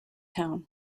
town